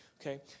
Okay